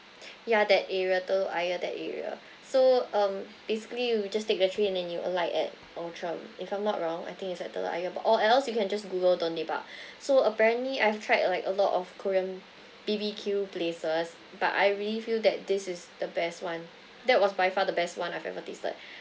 ya that area telok ayer that area so um basically you just take the train and then you arrive at outram if I'm not wrong I think it's at telok ayer but or else you can just google don dae bak so apparently I've tried like a lot of korean B_B_Q places but I really feel that this is the best one that was by far the best one I've ever tasted